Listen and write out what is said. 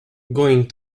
going